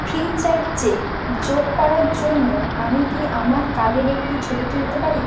ফ্রিচার্গে যোগ করার জন্য আমি কি আমার র্কাডের একটি ছবি তুলতে পারি